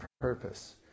purpose